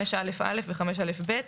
5א(א) ו-5(ב).